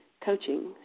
coaching